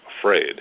afraid